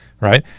Right